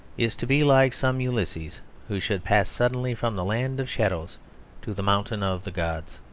is to be like some ulysses who should pass suddenly from the land of shadows to the mountain of the gods.